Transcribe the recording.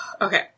Okay